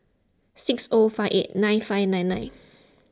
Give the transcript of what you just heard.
six O five eight nine five nine nine